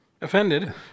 Offended